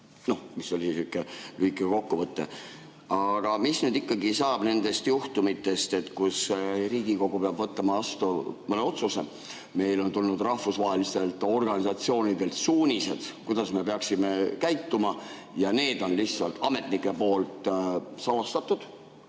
– see oli sihuke lühike kokkuvõte. Aga mis nüüd ikkagi saab nendest juhtumitest, kui Riigikogu peab võtma vastu mõne otsuse, meile on tulnud rahvusvahelistelt organisatsioonidelt suunised, kuidas me peaksime käituma, aga need on ametnikel salastatud